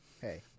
hey